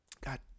God